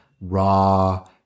raw